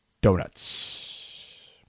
Donuts